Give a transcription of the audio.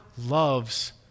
loves